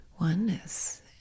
oneness